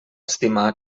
estimar